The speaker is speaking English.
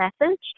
message